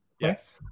Yes